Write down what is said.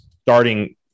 Starting